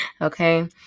Okay